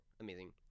Amazing